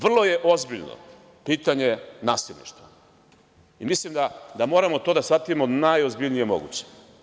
Vrlo je ozbiljno pitanje nasilništva i mislim da moramo to da shvatimo najozbiljnije moguće.